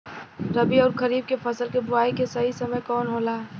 रबी अउर खरीफ के फसल के बोआई के सही समय कवन होला?